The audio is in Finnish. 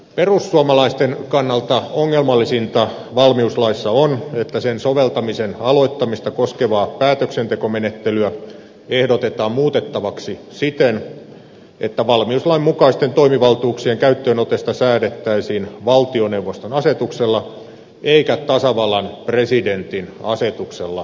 perussuomalaisten kannalta ongelmallisinta valmiuslaissa on että sen soveltamisen aloittamista koskevaa päätöksentekomenettelyä ehdotetaan muutettavaksi siten että valmiuslain mukaisten toimivaltuuksien käyttöönotosta säädettäisiin valtioneuvoston asetuksella eikä tasavallan presidentin asetuksella kuten aiemmin